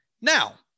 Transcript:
Now